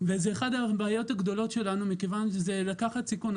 וזה אחת הבעיות הגדולות שלנו מכיוון שזה לקחת סיכון.